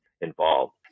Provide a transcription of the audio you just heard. involved